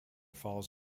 falls